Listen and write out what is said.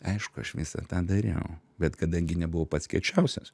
aišku aš visą tą dariau bet kadangi nebuvau pats kiečiausias